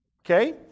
Okay